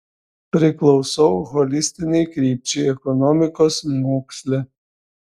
priklausau holistinei krypčiai ekonomikos moksle